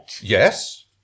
Yes